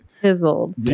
chiseled